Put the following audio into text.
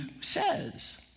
says